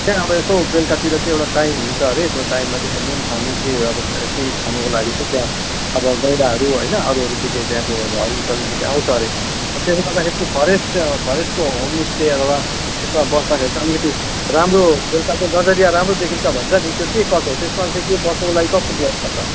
त्यहाँ अब यसो बेलुकातिर चाहिँ एउटा टाइम हुन्छ अरे त्यो टाइममा चाहिँ नुन खानु केही अब केही खानुको लागि चाहिँ त्यहाँ अब गैँडाहरू होइन अरू अरू के के त्यहाँको हरिण सरिण के के आउँछ अरे त्यसले गर्दाखेरि त्यो फरेस्ट चाहिँ फरेस्टको होमस्टे अथवा यसो बस्दाखेरि चाहिँ अलिकिति राम्रो बेलुका चाहिँ नजरिया राम्रो देखिन्छ भन्छ नि त्यो के कसो हो त्यसमा चाहिँ के बस्नुको लागि कस्तो व्वयस्था छ